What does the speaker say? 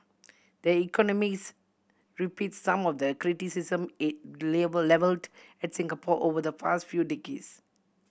the Economist repeats some of the criticism it levelled at Singapore over the past few decades